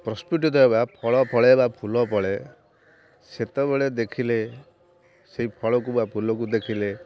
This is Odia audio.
ପ୍ରସ୍ପୁଟିତ ବା ଫଳ ଫଳେ ବା ଫୁଲ ଫଳେ ସେତେବେଳେ ଦେଖିଲେ ସେଇ ଫଳକୁ ବା ଫୁଲକୁ ଦେଖିଲେ